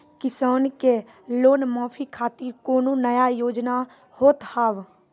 किसान के लोन माफी खातिर कोनो नया योजना होत हाव?